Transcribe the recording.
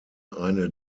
eine